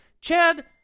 Chad